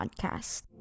podcast